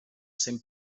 cent